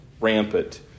rampant